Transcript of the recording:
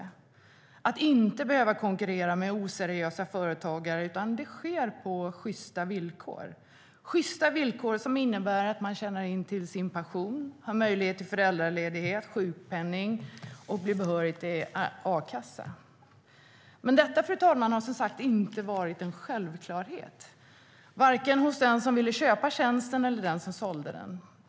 Det handlar inte om att behöva konkurrera med oseriösa företagare, utan det sker på sjysta villkor. Sjysta villkor innebär att människor tjänar in till sin pension, har möjlighet till föräldraledighet och sjukpenning och blir behöriga till akassa. Fru talman! Detta har inte varit en självklarhet vare sig hos den som ville köpa tjänsten eller den som sålde den.